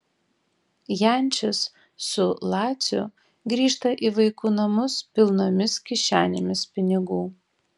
jančis su laciu grįžta į vaikų namus pilnomis kišenėmis pinigų